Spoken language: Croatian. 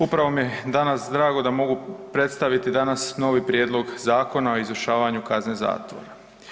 Upravo mi je danas drago da mogu predstaviti danas novi Prijedlog Zakona o izvršavanju kazne zatvora.